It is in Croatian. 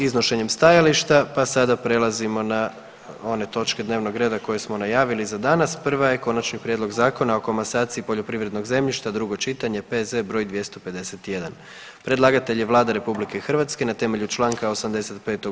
iznošenjem stajališta pa sada prelazimo na one točke dnevnog reda koje smo najavili za danas, prva je: - Konačni prijedlog Zakona o komasaciji poljoprivrednog zemljišta, drugo čitanje, P.Z. broj 251 Predlagatelj je Vlada RH na temelju Članka 85.